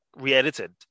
re-edited